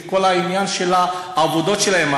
את כל העניין של העבודות שלהם.